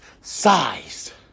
size